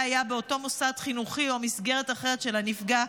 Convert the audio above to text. היה באותו מוסד חינוכי או מסגרת אחרת של הנפגע.